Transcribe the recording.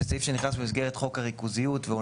זה סעיף שנכנס במסגרת חוק הריכוזיות והוא